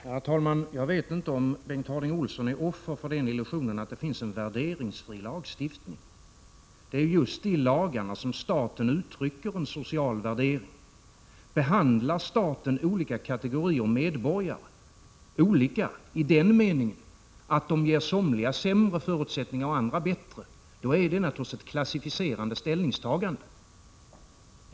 Herr talman! Jag vet inte om Bengt Harding Olson är offer för illusionen att det finns en värderingsfri lagstiftning. Det är just i lagstiftningen som staten uttrycker en social värdering. När staten behandlar olika kategorier medborgare olika i den meningen att somliga ges sämre förutsättningar och andra bättre har staten naturligtvis gjort ett klassificerande ställningstagande.